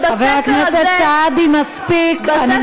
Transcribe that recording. חבר הכנסת סעדי, מספיק.